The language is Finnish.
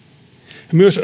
myös